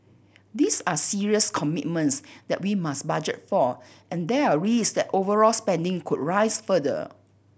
these are serious commitments that we must budget for and there are risks that overall spending could rise further